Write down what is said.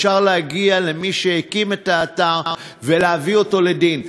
אפשר להגיע למי שהקים את האתר ולהביא אותו לדין.